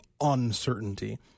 uncertainty